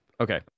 Okay